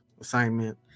assignment